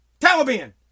Taliban